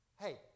Hey